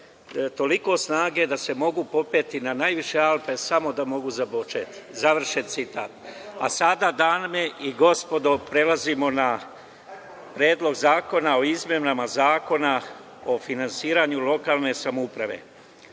toliko snage da se mogu popeti na najviše Alpe, samo da mogu započeti“, završen citat. Sada, dame i gospodo, prelazimo na Predlog zakona o izmenama Zakona o finansiranju lokalne samouprave.